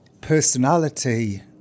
personality